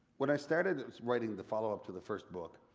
when i started writing the follow up to the first book,